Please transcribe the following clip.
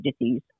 disease